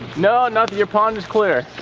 no, nothing, your pond is clear.